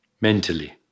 mentally